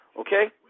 Okay